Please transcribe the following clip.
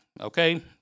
okay